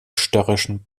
störrischen